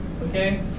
okay